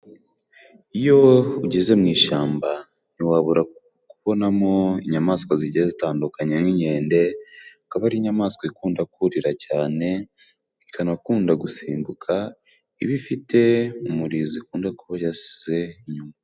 Iyo ugeze mu ishyamba ntiwabura kubonamo inyamaswa zigiye zitandukanye nk'inkende, akaba ari inyamaswa ikunda kurira cyane, ikanakunda gusimbuka, iba ifite mu umurizo ikunda kuba yasize inyuma.